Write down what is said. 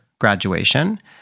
graduation